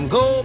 go